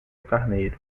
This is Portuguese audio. carneiro